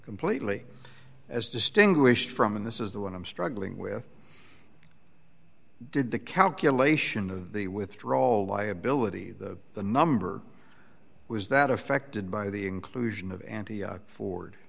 completely as distinguished from and this is the one i'm struggling with did the calculation of the withdraw liability the the number was that affected by the inclusion of and forward